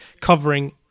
covering